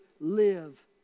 live